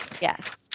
Yes